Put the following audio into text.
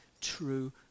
true